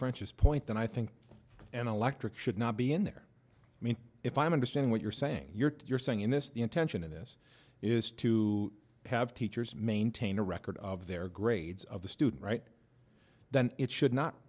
french's point that i think an electric should not be in there i mean if i understand what you're saying you're saying in this the intention in this is to have teachers maintain a record of their grades of the student right then it should not